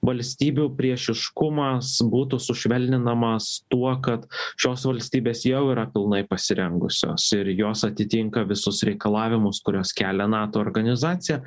valstybių priešiškumas būtų sušvelninamas tuo kad šios valstybės jau yra pilnai pasirengusios ir jos atitinka visus reikalavimus kuriuos kelia nato organizacija